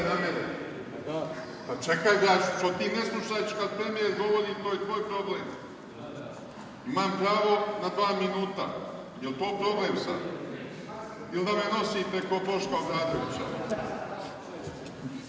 je na mene. Čekaj, Arsiću, što ti ne slušaš kad premijer govori, to je tvoj problem. Imam pravo na dva minuta. Je li to problem sad? Ili da me nosite kao Boška Obradovića.